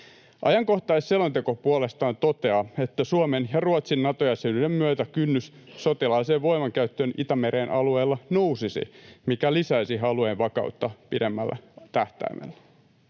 Ajankohtaisselonteko puolestaan toteaa, että Suomen ja Ruotsin Nato-jäsenyyden myötä kynnys sotilaalliseen voimankäyttöön Itämeren alueella nousisi, mikä lisäisi alueen vakautta pidemmällä tähtäimellä.